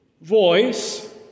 voice